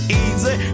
easy